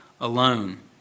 alone